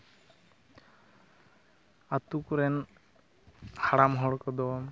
ᱟᱹᱛᱩ ᱠᱚᱨᱮᱱ ᱦᱟᱲᱟᱢ ᱦᱚᱲ ᱠᱚᱫᱚ